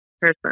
person